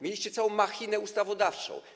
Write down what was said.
Mieliście całą machinę ustawodawczą.